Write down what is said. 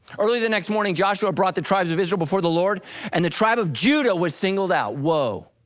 early the next morning, joshua brought the tribes of israel before the lord and the tribe of judah was singled out, whoa.